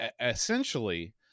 essentially